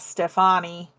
Stefani